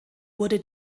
wurden